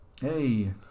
Hey